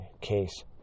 case